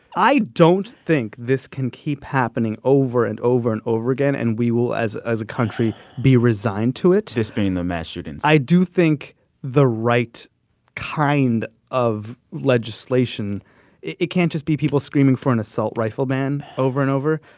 i don't think this can keep happening over and over and over again, and we will, as as a country, be resigned to it this being the mass shootings i do think the right kind of legislation it can't just be people screaming for an assault rifle ban over and over.